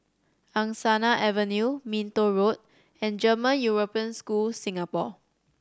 Angsana Avenue Minto Road and German European School Singapore